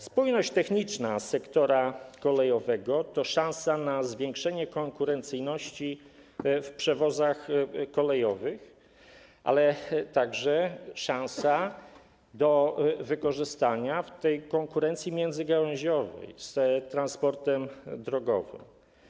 Spójność techniczna sektora kolejowego to szansa na zwiększenie konkurencyjności w przewozach kolejowych, ale także szansa do wykorzystania w konkurencji międzygałęziowej z transportem drogowym.